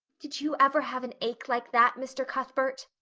did you ever have an ache like that, mr. cuthbert?